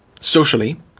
socially